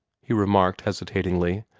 he remarked hesitatingly,